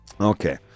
okay